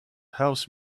house